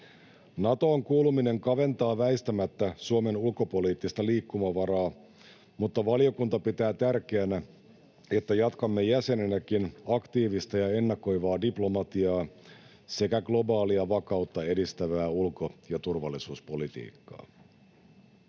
Natoon kuuluminen kaventaa väistämättä Suomen ulkopoliittista liikkumavaraa, mutta valiokunta pitää tärkeänä, että jatkamme jäsenenäkin aktiivista ja ennakoivaa diplomatiaa sekä globaalia vakautta edistävää ulko- ja turvallisuuspolitiikkaa.